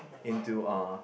into uh